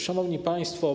Szanowni Państwo!